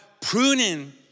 pruning